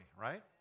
right